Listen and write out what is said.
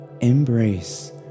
embrace